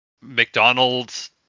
McDonald's